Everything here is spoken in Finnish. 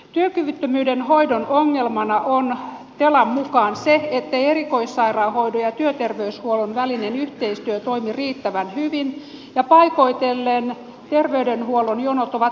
työkyvyttömyyden hoidon ongelmana on telan mukaan se ettei erikoissairaanhoidon ja työterveyshuollon välinen yhteistyö toimi riittävän hyvin ja paikoitellen terveydenhuollon jonot ovat hyvin pitkiä